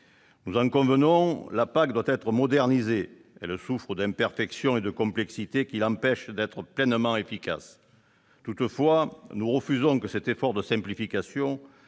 Nous en convenons : la PAC doit être modernisée. Elle souffre d'imperfections et de complexités, qui l'empêchent d'être pleinement efficace. Toutefois, nous refusons que cet effort de simplification